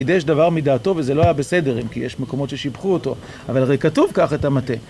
בידי יש דבר מדעתו וזה לא היה בסדרים, כי יש מקומות ששיבחו אותו, אבל אחרי כתוב כך את המטה.